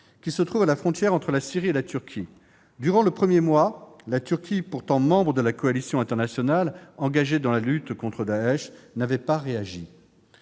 qui se trouve à la frontière entre la Syrie et la Turquie. Durant le premier mois, la Turquie, pourtant membre de la coalition internationale engagée dans la lutte contre Daech, n'avait pas réagi.